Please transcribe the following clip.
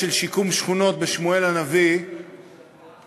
של שיקום שכונות בשמואל-הנביא בירושלים,